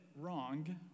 wrong